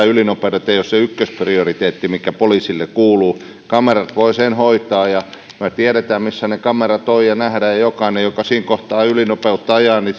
ylinopeudet eivät ole se ykkösprioriteetti mikä poliisille kuuluu kamerat voivat sen hoitaa ja me tiedämme missä ne kamerat ovat ja näemme jokainen joka siinä kohtaa ylinopeutta ajaa